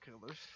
killers